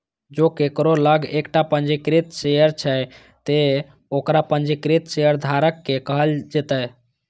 जों केकरो लग एकटा पंजीकृत शेयर छै, ते ओकरा पंजीकृत शेयरधारक कहल जेतै